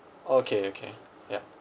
okay okay yeah